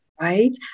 right